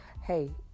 hey